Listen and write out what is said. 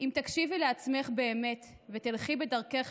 "אם תקשיבי לעצמך באמת / ותלכי בדרכך